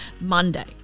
Monday